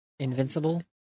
Invincible